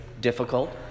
difficult